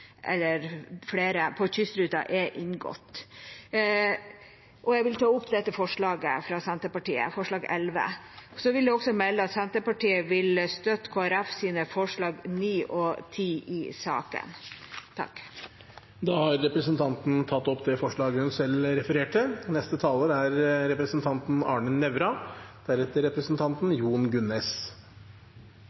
på Kystruta er inngått.» Jeg vil ta opp dette forslaget, forslag nr. 11, fra Senterpartiet. Så vil jeg også melde at Senterpartiet vil støtte Kristelig Folkepartis forslag nr. 9 og 10 i saken. Representanten Siv Mossleth har tatt opp det forslaget hun refererte. Om statsråden hadde tatt forskrift om offentlige anskaffelser alvorlig, og